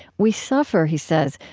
we suffer, he says,